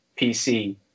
PC